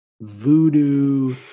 voodoo